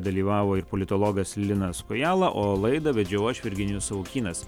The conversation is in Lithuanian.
dalyvavo ir politologas linas kojala o laidą vedžiau aš virginijus savukynas